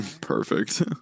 Perfect